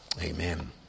Amen